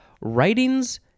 writings